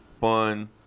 Fun